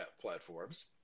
platforms